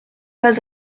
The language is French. pas